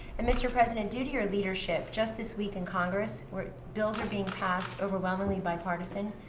and mr. president, due to your leadership, just this week in congress, bills are being passed overwhelmingly bipartisan.